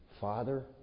Father